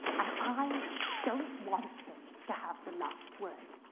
and i don't want him to have the last word.